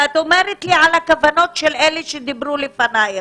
ואת מדברת איתי על הכוונות של אלה שדיברו לפניך.